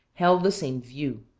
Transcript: held the same view.